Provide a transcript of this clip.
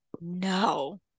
no